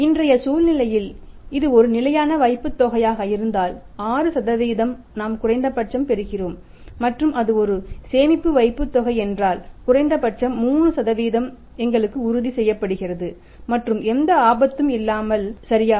இன்றைய சூழ்நிலையில் இது ஒரு நிலையான வைப்புத்தொகையாக இருந்தால் 6 நாம் குறைந்தபட்சம் பெறுகிறோம் மற்றும் அது ஒரு சேமிப்பு வைப்பு என்றால் குறைந்தபட்சம் 3 எங்களுக்கு உறுதி செய்யப்படுகிறது மற்றும் எந்த ஆபத்து இல்லாமல் சரியா